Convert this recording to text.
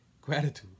gratitude